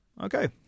okay